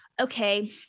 okay